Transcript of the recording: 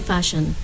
Fashion